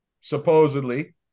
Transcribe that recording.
supposedly